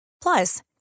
Plus